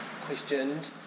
questioned